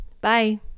Bye